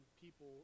people